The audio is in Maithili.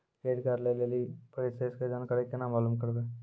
क्रेडिट कार्ड लय लेली प्रोसेस के जानकारी केना मालूम करबै?